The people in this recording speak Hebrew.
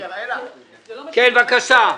בבקשה.